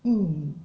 mm